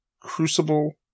Crucible